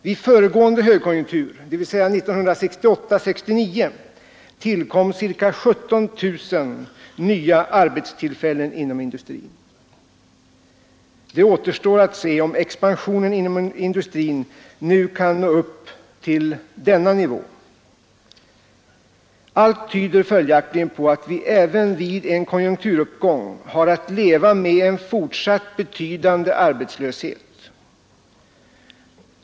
Vid föregående högkonjunktur, dvs. 1968—1969, tillkom ca 17 000 nya arbetstillfällen inom industrin. Det återstår att se om expansionen inom industrin nu kan nå upp till denna nivå. Allt tyder följaktligen på att vi även vid en konjunkturuppgång har att leva med en fortsatt betydande arbetslöshet.